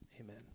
amen